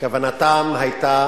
כוונתם היתה